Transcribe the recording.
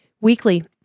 Weekly